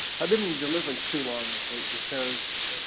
how bidden deliverance to long i think because